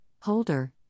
Holder